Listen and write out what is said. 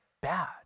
bad